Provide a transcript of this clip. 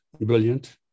brilliant